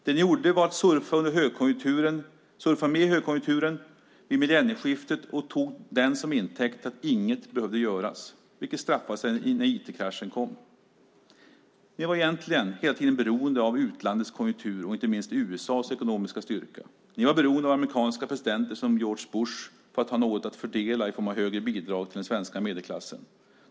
Det som ni gjorde var att surfa med under högkonjunkturen vid millennieskiftet och ni tog den till intäkt för att inget behövde göras, vilket straffade sig när IT-kraschen kom. Ni var egentligen hela tiden beroende av utlandets konjunktur och inte minst USA:s ekonomiska styrka. Ni var beroende av amerikanska presidenter som George Bush för att ha något att fördela i form av högre bidrag till den svenska medelklassen.